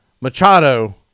Machado